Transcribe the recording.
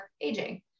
aging